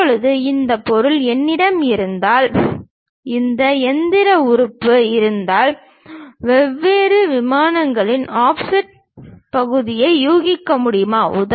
இப்போது இந்த பொருள் என்னிடம் இருந்தால் இந்த இயந்திர உறுப்பு இருந்தால் வெவ்வேறு விமானங்களில் ஆஃப்செட் பகுதியை யூகிக்க முடியுமா